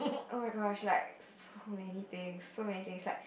oh-my-gosh like so many things so many things like